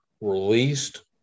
released